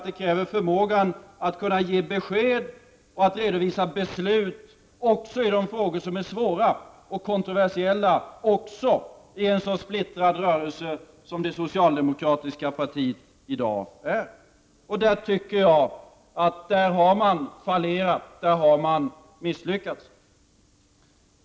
Det kräver förmåga att ge besked, att redovisa beslut också i de frågor som är svåra och kontroversiella även i en sådan splittrad rörelse som det socialdemokratiska partiet i dag är. Där tycker jag att man har fallerat, där har man misslyckats.